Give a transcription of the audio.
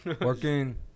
Working